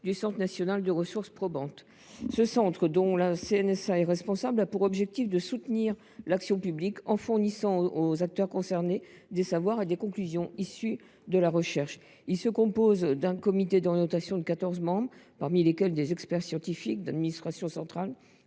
du centre national de ressources probantes. Ce centre, dont la CNSA est responsable, a pour objectif de soutenir l’action publique en fournissant aux acteurs concernés des savoirs et des conclusions issus de la recherche. Il se compose d’un comité d’orientation de quatorze membres, dont des experts scientifiques d’administration centrale